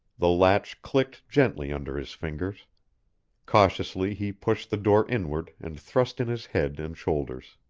the latch clicked gently under his fingers cautiously he pushed the door inward and thrust in his head and shoulders.